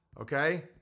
Okay